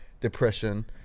depression